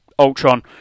Ultron